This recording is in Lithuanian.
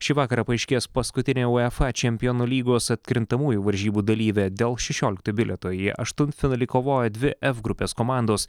šį vakarą paaiškės paskutinė uefa čempionų lygos atkrintamųjų varžybų dalyvė dėl šešiolikto bilieto į aštuntfinalį kovojo dvi ef grupės komandos